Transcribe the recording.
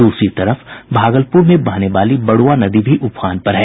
दूसरी तरफ भागलपुर से बहने वाली बड़ुआ नदी भी उफान पर है